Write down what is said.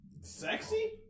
Sexy